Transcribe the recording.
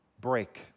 Break